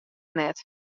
net